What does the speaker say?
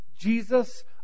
Jesus